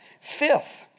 Fifth